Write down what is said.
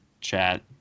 chat